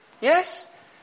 Yes